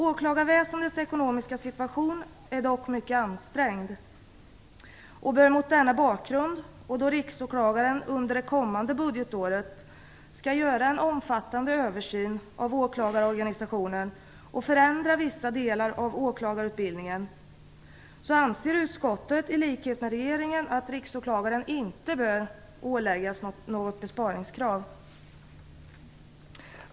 Åklagarväsendets ekonomiska situation är dock mycket ansträngd. Då riksåklagaren under det kommande budgetåret skall göra en omfattande översyn av åklagarorganisationen och förändra vissa delar av åklagarutbildningen anser utskottet, i likhet med regeringen, att riksåklagaren inte bör åläggas något besparingskrav.